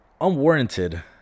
unwarranted